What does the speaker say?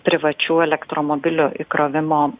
privačių elektromobilių įkrovimo